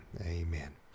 Amen